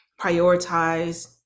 prioritize